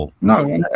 No